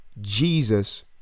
Jesus